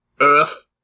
Earth